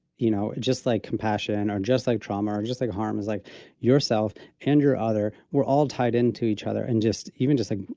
you know, just like compassion, or just like trauma or and just like harms, like yourself and your other, we're all tied into each other. and just even just like,